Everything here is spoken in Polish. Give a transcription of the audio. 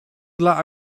dla